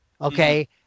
okay